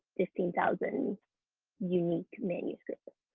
fifteen thousand unique manuscripts.